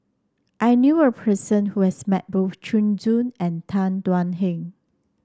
I knew a person who has met both Zhu and Tan Thuan Heng